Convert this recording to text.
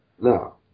No